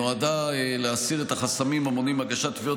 נועדה להסיר את החסמים המונעים הגשת תביעות